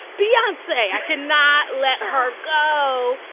beyonce i cannot let her go.